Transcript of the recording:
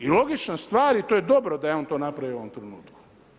I logična stvar i to je dobro da je on to napravio u ovom trenutku.